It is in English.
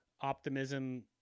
Optimism